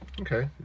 Okay